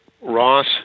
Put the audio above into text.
Ross